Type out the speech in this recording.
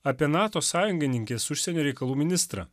apie nato sąjungininkės užsienio reikalų ministrą